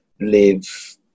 live